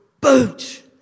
boot